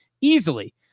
easily